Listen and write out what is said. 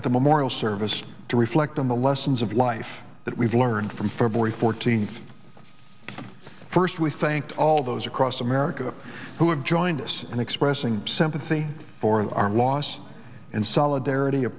at the memorial service to reflect on the lessons of life that we've learned from february fourteenth first we thank all those across america who have joined us in expressing sympathy for our loss and solidarity a